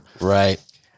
Right